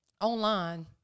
online